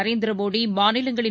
நரேந்திரமோடிமாநிலங்களின்